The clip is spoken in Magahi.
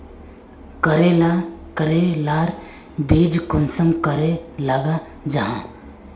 करेला करेलार बीज कुंसम करे लगा जाहा?